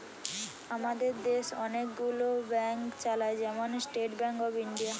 আমাদের দেশ অনেক গুলো ব্যাংক চালায়, যেমন স্টেট ব্যাংক অফ ইন্ডিয়া